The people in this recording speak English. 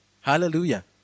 Hallelujah